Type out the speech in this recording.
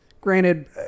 granted